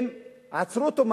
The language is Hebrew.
אני,